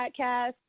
Podcast